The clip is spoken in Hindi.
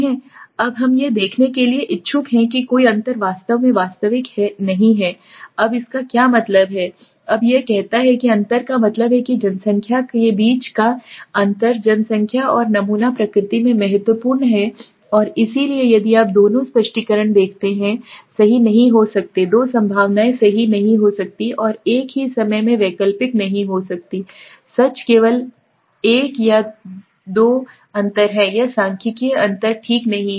अब हम यह देखने के लिए इच्छुक हैं कि कोई अंतर वास्तव में वास्तविक नहीं है अब इसका क्या मतलब है अब यह कहता है कि अंतर का मतलब है कि जनसंख्या का मतलब है के बीच का अंतर जनसंख्या और नमूना प्रकृति में महत्वपूर्ण है और इसलिए यदि आप दोनों स्पष्टीकरण देखते हैं सही नहीं हो सकता है दो संभावनाएं सही नहीं हो सकती हैं और एक ही समय में वैकल्पिक नहीं हो सकती हैं सच केवल एक या तो यह एक अंतर है या सांख्यिकीय अंतर ठीक नहीं है